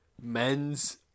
men's